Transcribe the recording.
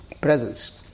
presence